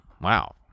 wow